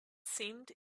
seemed